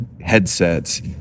headsets